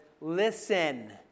listen